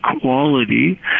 quality